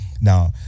Now